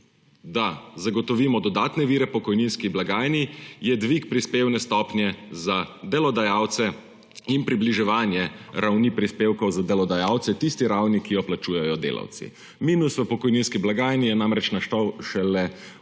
da zagotovimo dodatne vire pokojninski blagajni, je dvig prispevne stopnje za delodajalce in približevanje ravni prispevkov za delodajalce tisti ravni, ki jo plačujejo delavci. Minus v pokojninski blagajni je namreč nastal šele